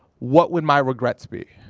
what would my regrets be?